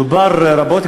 דובר רבות,